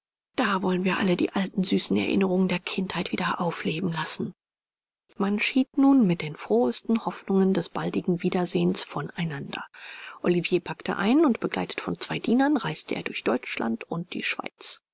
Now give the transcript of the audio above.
da wollen wir alle die alten süßen erinnerungen der kindheit wieder aufleben lassen man schied nun mit den frohsten hoffnungen des baldigen wiedersehens von einander olivier packte ein und begleitet von zwei dienern reiste er durch deutschland und die schweiz